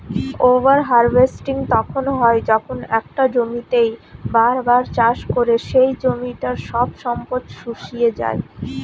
over harvesting তখন হয় যখন একটা জমিতেই বার বার চাষ করে সেই জমিটার সব সম্পদ শুষিয়ে যায়